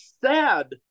sad